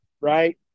right